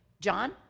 john